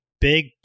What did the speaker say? big